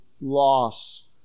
loss